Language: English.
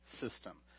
system